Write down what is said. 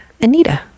anita